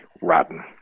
rotten